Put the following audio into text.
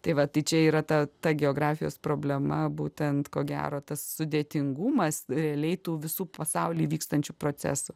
tai va tai čia yra ta ta geografijos problema būtent ko gero tas sudėtingumas realiai tų visų pasauly vykstančių procesų